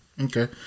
Okay